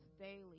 daily